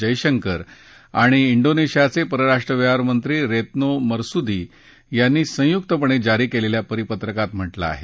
जयशंकर आणि डोनेशियाचे परराष्ट्र व्यवहारमंत्री रेत्नो मरसुदी यांनी संयुक्तपणे जारी केलेल्या परिपत्रकात म्हटलं आहे